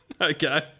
Okay